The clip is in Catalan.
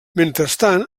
mentrestant